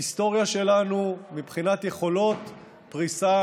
מהיסטוריה שלנו מבחינת יכולות פריסה